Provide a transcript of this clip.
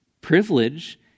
privilege